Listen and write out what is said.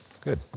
good